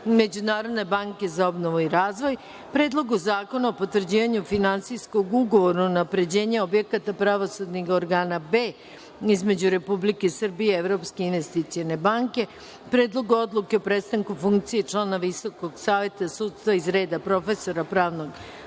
Međunarodne banke za obnovu i razvoj, Predlogu zakona o potvrđivanju Finansijskog ugovora „Unapređenje objekata pravosudnih organa B“ između Republike Srbije i Evropske investicione banke, Predlogu odluke o prestanku funkcije člana Visokog saveta sudstva iz reda profesora pravnog